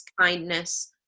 kindness